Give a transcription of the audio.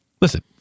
listen